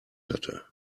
hatte